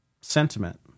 sentiment